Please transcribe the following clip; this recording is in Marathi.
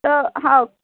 तर हो